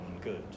good